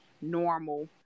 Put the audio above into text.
normal